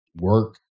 work